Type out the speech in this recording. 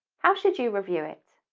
how should you review it?